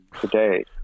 today